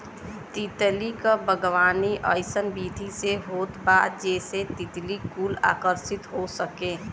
तितली क बागवानी अइसन विधि से होत बा जेसे तितली कुल आकर्षित हो सके